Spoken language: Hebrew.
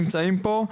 מי מהם שנמצאים פה.